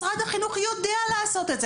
משרד החינוך יודע לעשות את זה.